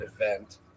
event